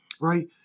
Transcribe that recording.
right